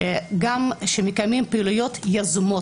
שמקיימים פעילויות יזומות,